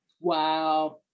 Wow